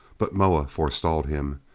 but moa forestalled him.